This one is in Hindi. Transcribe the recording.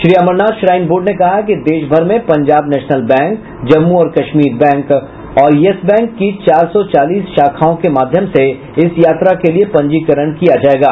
श्री अमरनाथ श्राइन बोर्ड ने कहा है कि देश भर में पंजाब नेशनल बैंक जम्मू और कश्मीर बैंक और येस बैंक की चार सौ चालीस शाखाओं के माध्यम से इस यात्रा के लिए पंजीकरण किया जाएगा